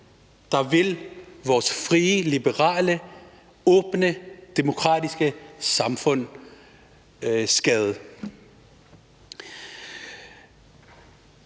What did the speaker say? der vil skade vores frie, liberale, åbne demokratiske samfund.